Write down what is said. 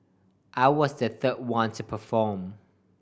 I was the third one to perform